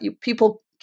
people